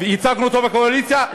וייצגנו אותו בקואליציה,